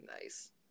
nice